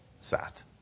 sat